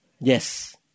Yes